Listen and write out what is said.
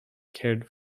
cared